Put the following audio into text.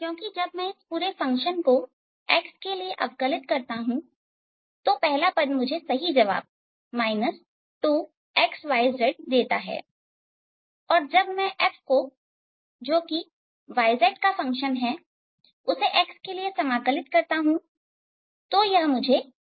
क्योंकि जब मैं इस पूरे फंक्शन को x के लिए अवकलित करता हूं तो पहला पद मुझे सही जवाब 2xyz देता है और जब मैं F को जो yz का फंक्शन है उसे x के लिए समाकलित करता हूं यह मुझे 0 देता है